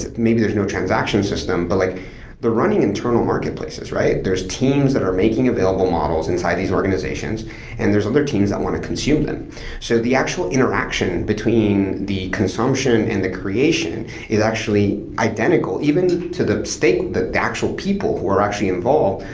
maybe there's no transaction system, but like the running internal marketplaces, right? there's teams that are making available models inside these organizations and there's other teams that want to consume them so the actual interaction between the consumption and the creation is actually identical, even to the state that the actual people who are actually involved,